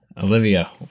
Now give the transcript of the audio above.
Olivia